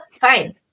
fine